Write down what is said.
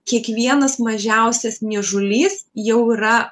kiekvienas mažiausias niežulys jau yra